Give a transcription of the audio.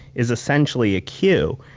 is essentially a cue.